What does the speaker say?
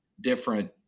different